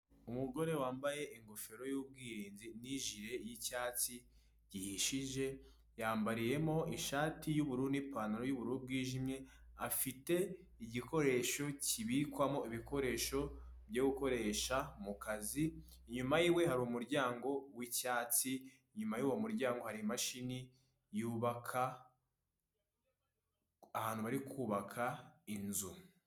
Umugore wambaye ingofero y'ubwirinzi n'ijire y'icyatsi gihishije, yambariyemo ishati y'ubururu n'ipantaro y'ubururu bwijimye, afite igikoresho kibikwamo ibikoresho byo gukoresha mukazi. Inyuma yiwe hari umuryango w'icyatsi, inyuma y'uwo muryango hari imashini yubaka ahantu bari kubaka inzu.